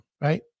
right